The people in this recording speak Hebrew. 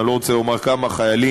ואני לא רוצה לומר כמה חיילים,